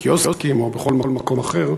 בקיוסקים או בכל מקום אחר,